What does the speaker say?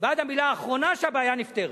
ועד המלה האחרונה, שהבעיה נפתרת.